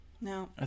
No